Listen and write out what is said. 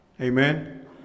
Amen